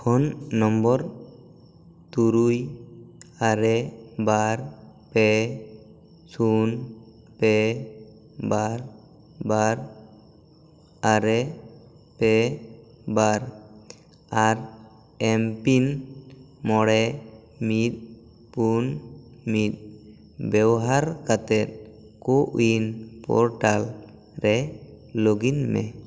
phone number ᱛᱩᱨᱩᱭ ᱟᱨᱮ ᱵᱟᱨ ᱯᱮ ᱥᱩᱱ ᱯᱮ ᱵᱟᱨ ᱵᱟᱨ ᱟᱨᱮ ᱯᱮ ᱵᱟᱨ ᱵᱟᱨ ᱟᱨ ᱮᱢ ᱯᱤᱱ ᱢᱚᱬᱮ ᱢᱤᱫ ᱯᱩᱱ ᱢᱤᱫ ᱵᱮᱵᱚᱦᱟᱨ ᱠᱟᱛᱮᱫ ᱠᱳᱼᱩᱭᱤᱱ ᱯᱳᱨᱴᱟᱞ ᱨᱮ ᱞᱚᱜᱽᱼᱤᱱ ᱢᱮ